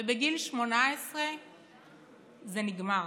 ובגיל 18 זה נגמר.